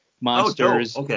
monsters